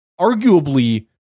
arguably